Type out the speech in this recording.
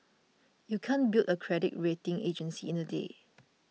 you can't build a credit rating agency in a day